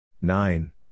Nine